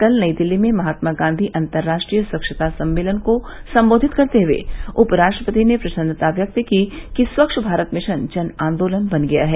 कल नई दिल्ली में महात्मा गांधी अंतर्राष्ट्रीय स्वच्छता सम्मेलन को संबोधित करते हुए उपराष्ट्रपति ने प्रसन्नता व्यक्त की कि स्वच्छ भारत मिशन जन आंदोलन बन गया है